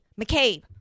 McCabe